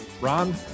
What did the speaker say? Ron